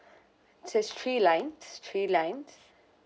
it is three lines three lines